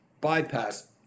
bypass